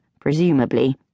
presumably